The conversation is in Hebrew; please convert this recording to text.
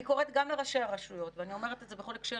אני קוראת גם לראשי הרשויות ואני אומרת את זה בכל הקשר,